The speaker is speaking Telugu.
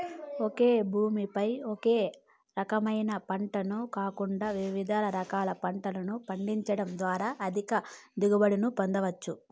ఒకే భూమి పై ఒకే రకమైన పంటను కాకుండా వివిధ రకాల పంటలను పండించడం ద్వారా అధిక దిగుబడులను పొందవచ్చు